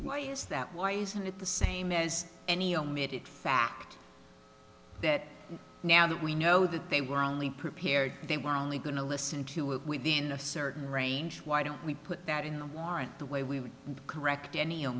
why is that why isn't it the same as any omit it fact that now that we know that they were only prepared they were only going to listen to it within a certain range why don't we put that in why aren't the way we would correct any